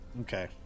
okay